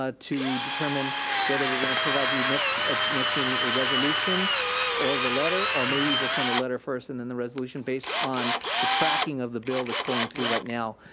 ah to determine whether we're gonna provide you at next meeting a resolution or the letter, or maybe we'll send the letter first and then the resolution based on the tracking of the bill that's going through right now.